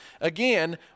Again